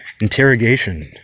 interrogation